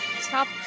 Stop